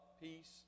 peace